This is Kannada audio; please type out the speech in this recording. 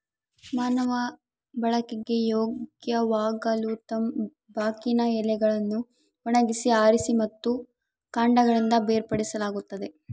ಮಾನವ ಬಳಕೆಗೆ ಯೋಗ್ಯವಾಗಲುತಂಬಾಕಿನ ಎಲೆಗಳನ್ನು ಒಣಗಿಸಿ ಆರಿಸಿ ಮತ್ತು ಕಾಂಡಗಳಿಂದ ಬೇರ್ಪಡಿಸಲಾಗುತ್ತದೆ